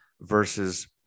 versus